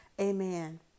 Amen